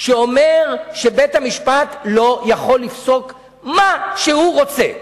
שאומר שבית-המשפט לא יכול לפסוק מה שהוא רוצה.